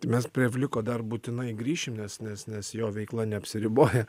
mes prie vliko dar būtinai grįšim nes nes nes jo veikla neapsiriboja